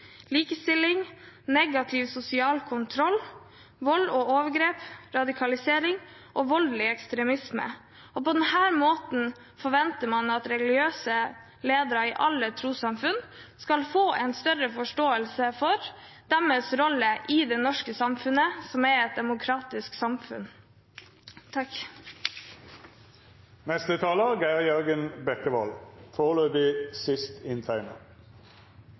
likestilling, negativ sosial kontroll, vold og overgrep, radikalisering og voldelig ekstremisme. Og på den måten forventer man at religiøse ledere i alle trossamfunn skal få en større forståelse for sin rolle i det norske samfunnet, som er et demokratisk samfunn.